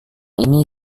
ini